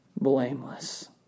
blameless